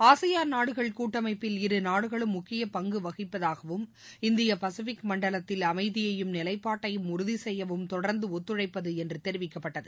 ASEAN நாடுகள் கூட்டமைப்பில் இருநாடுகளும் முக்கிய பங்கு வகிப்பதாகவும் இந்திய பசிபிக் மண்டலத்தில் அமைதியையும் நிவைப்பாட்டையும் உறுதி செய்யவும் தொடர்ந்து ஒத்தழைப்பது என்று தெரிவிக்கப்பட்டது